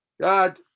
God